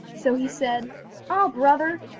so he said ah, brother,